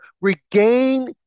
Regain